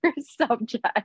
subject